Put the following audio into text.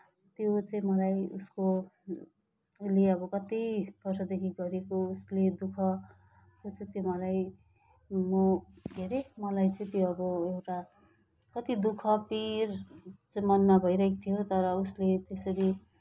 त्यो चाहिँ मलाई उसको उसले अब कत्ति वर्षदेखि गरेको उसले दुःख त्यो चाहिँ मलाई म के अरे मलाई चाहिँ त्यो अब एउटा कति दुःख पिर चाहिँ मनमा भइरहेको थियो तर उसले त्यसरी